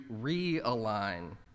realign